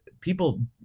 people